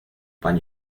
pan